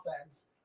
offense